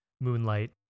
moonlight